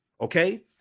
Okay